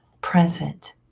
present